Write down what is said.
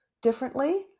differently